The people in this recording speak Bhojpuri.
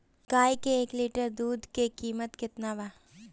गाए के एक लीटर दूध के कीमत केतना बा?